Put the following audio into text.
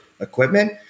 equipment